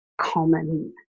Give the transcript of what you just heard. common